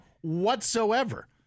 whatsoever